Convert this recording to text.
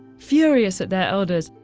furious at their elders,